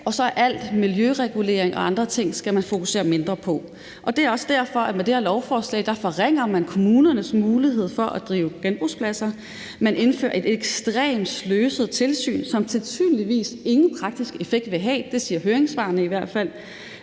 man skal fokusere mindre på. Med det her lovforslag forringer man også kommunernes mulighed for at drive genbrugspladser. Man indfører et ekstremt sløset tilsyn, som sandsynligvis ingen praktisk effekt vil have. Det siger høringssvarene i hvert fald.